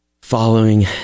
Following